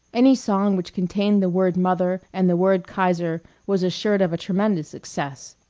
any song which contained the word mother and the word kaiser was assured of a tremendous success.